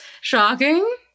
shocking